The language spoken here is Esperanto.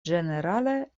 ĝenerale